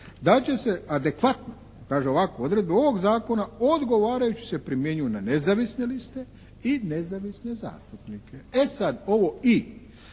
da će se adekvatno, kaže ovako: "odredbe ovog zakona odgovarajuće se primjenjuju na nezavisne liste i nezavisne zastupnike". E sad ovo "i"